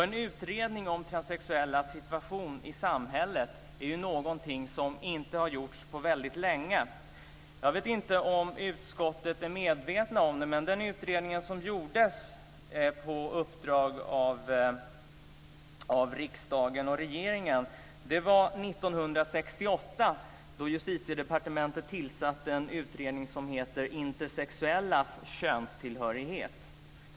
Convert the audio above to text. En utredning om transsexuellas situation i samhället är någonting som inte har gjorts på länge. Jag vet inte om utskottet är medvetet om att den utredning som gjordes på uppdrag av riksdagen och regeringen skedde 1968, då Justitiedepartementet tillsatte utredningen Intersexuellas könstillhörighet.